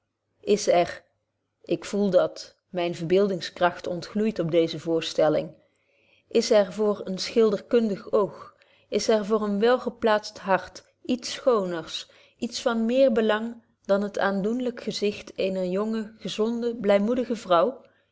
is er ik voel dat myne verbeeldingskragt betje wolff proeve over de opvoeding ontgloeid op deze voorstelling is er voor een schilderkundig oog is er voor een wélgeplaatst hart iets schooner iets van meer belang dan het aandoenlyk gezicht eener jonge gezonde blymoedige vrouw